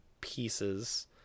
pieces